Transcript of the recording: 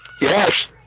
Yes